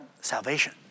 salvation